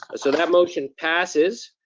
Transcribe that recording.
so that motion passes.